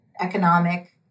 economic